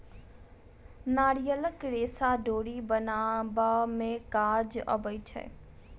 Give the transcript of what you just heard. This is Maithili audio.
नारियलक रेशा डोरी बनाबअ में काज अबै छै